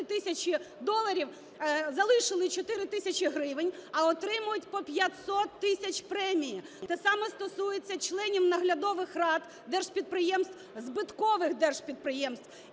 4 тисячі доларів, залишили 4 тисячі гривень, а отримують по 500 тисяч премії! Це саме стосується членів наглядових рад, держпідприємств,